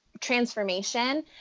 transformation